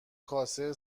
کاسه